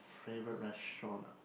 favorite restaurant ah